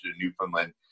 newfoundland